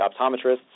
Optometrists